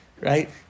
Right